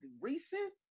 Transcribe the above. recent